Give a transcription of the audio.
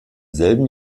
selben